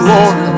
Lord